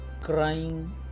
crying